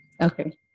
okay